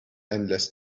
endless